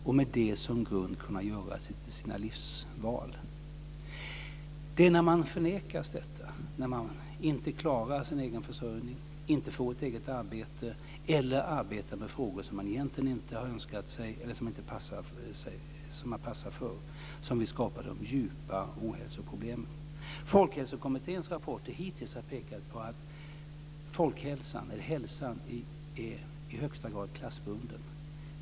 På den grunden kan man göra sina livsval. Det är när man förnekas detta, när man inte klarar sin egen försörjning, inte får ett eget arbete eller får syssla med uppgifter som man inte har önskat sig eller som man inte passar för som vi skapar de djupa ohälsoproblemen. Folkhälsokommittén har hittills pekat på att hälsan i högsta grad är klassbunden.